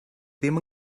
ddim